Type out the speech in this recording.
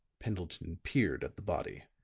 pendleton peered at the body.